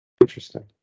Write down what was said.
Interesting